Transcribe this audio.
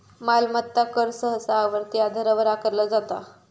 मालमत्ता कर सहसा आवर्ती आधारावर आकारला जाता